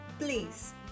Please